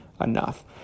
enough